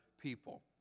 people